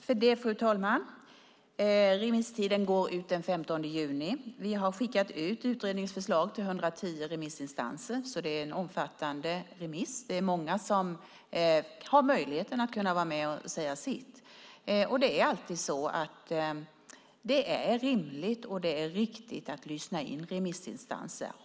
Fru talman! Remisstiden går ut den 15 juni. Vi har skickat ut utredningens förslag till 110 remissinstanser. Det är alltså en omfattande remiss. Det är många som har möjlighet att vara med och säga sitt. Det är alltid rimligt och riktigt att lyssna på vad remissinstanserna säger.